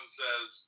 says